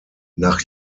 nach